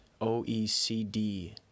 OECD